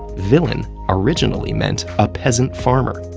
villain originally meant a peasant farmer,